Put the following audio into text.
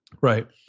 Right